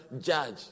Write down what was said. judge